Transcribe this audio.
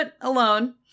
alone